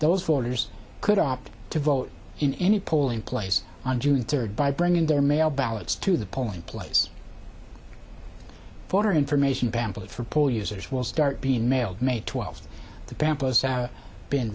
those voters could opt to vote in any polling place on june third by bringing their mail ballots to the polling place for information pamphlet for poll users will start being mailed may twelfth the